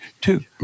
two